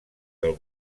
del